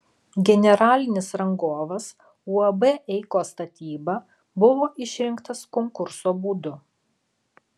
generalinis rangovas uab eikos statyba buvo išrinktas konkurso būdu